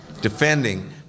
Defending